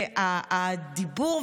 הדיבור,